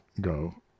go